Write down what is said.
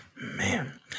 Man